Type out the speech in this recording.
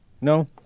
No